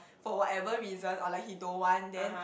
for whatever reason or like he don't want then